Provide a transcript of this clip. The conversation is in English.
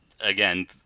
again